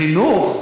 חינוך?